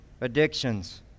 addictions